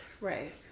Right